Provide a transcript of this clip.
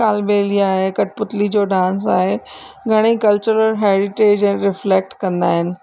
कालबेलिया आहे कठपुतली जो डांस आहे घणेई कल्चरल हेरीटेज रिफ़्लेक्ट कंदा आहिनि